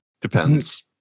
Depends